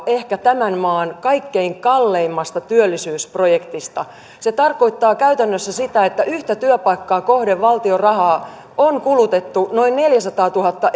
ehkä tämän maan kaikkein kalleimmasta työllisyysprojektista se tarkoittaa käytännössä sitä että yhtä työpaikkaa kohden valtion rahaa on kulutettu noin neljäsataatuhatta